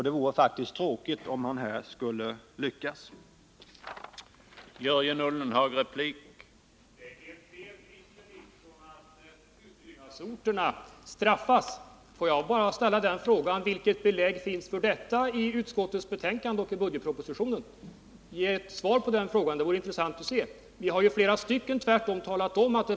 Det vore faktiskt tråkigt om han skulle lyckas med detta.